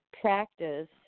practice